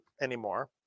anymore